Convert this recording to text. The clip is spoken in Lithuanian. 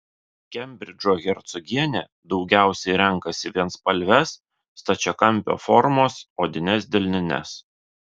kembridžo hercogienė daugiausiai renkasi vienspalves stačiakampio formos odines delnines